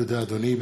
תודה רבה, אדוני.